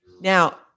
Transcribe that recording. Now